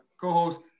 co-host